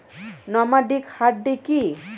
Nomadic hardy কি?